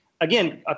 again